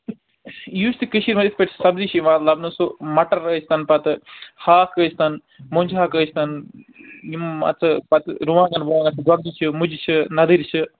یُس تہِ کٔشیٖرِ منٛز یِتھۍ پٲٹھۍ سبزی چھِ یِوان لبنہٕ سُہ مٹر ٲسۍ تن پتہٕ ہاکھ ٲسۍ تن مۄنٛجہِ ہاکھ ٲسۍ تن یِم مَژٕ پتہٕ رُوانٛگن وُواںٛگن گۄگجہِ چھِ مُجہِ چھِ نَدٕرۍ چھِ